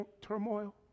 turmoil